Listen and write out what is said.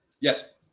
yes